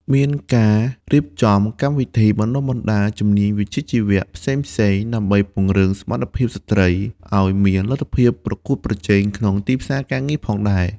មានការរៀបចំកម្មវិធីបណ្តុះបណ្តាលជំនាញវិជ្ជាជីវៈផ្សេងៗ ដើម្បីពង្រឹងសមត្ថភាពស្ត្រីឱ្យមានលទ្ធភាពប្រកួតប្រជែងក្នុងទីផ្សារការងារផងដែរ។